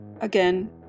Again